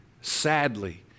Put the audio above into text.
sadly